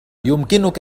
يمكنك